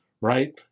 Right